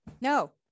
no